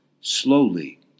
slowly